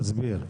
תסביר.